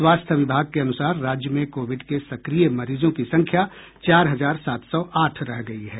स्वास्थ्य विभाग के अनुसार राज्य में कोविड के सक्रिय मरीजों की संख्या चार हजार सात सौ आठ रह गयी है